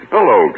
Hello